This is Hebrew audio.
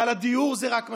והדיור זה רק משל,